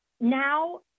now